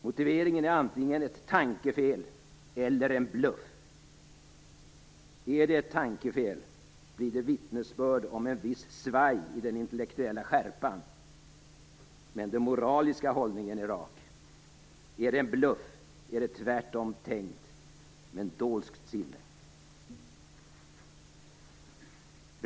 Den är antingen ett tankefel eller en bluff. Är den ett tankefel är det vittnesbörd om visst svaj i den intellektuella skärpan, men den moraliska hållningen är rak. Är den en bluff är det tvärtom klart tänkt, men med dolskt sinne.